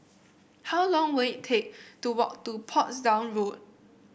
how long will it take to walk to Portsdown Road